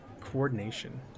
coordination